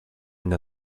une